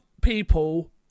people